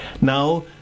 Now